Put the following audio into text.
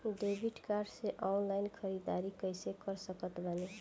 Debit card से online ख़रीदारी कैसे कर सकत बानी?